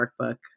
workbook